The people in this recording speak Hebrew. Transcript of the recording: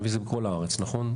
אני מבין שזה בכל הארץ, נכון?